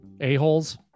a-holes